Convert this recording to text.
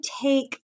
take